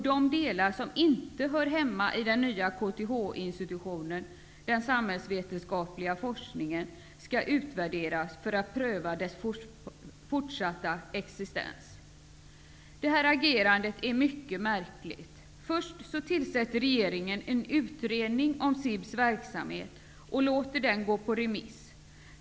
De delar som inte hör hemma i den nya KTH institutionen, den samhällsvetenskapliga forskningen, skall utvärderas för att pröva dess fortsatta existens. Agerandet är mycket märkligt. Först tillsätter regeringen en utredning om SIB:s verksamhet och låter det materialet gå på remiss.